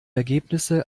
ergebnisse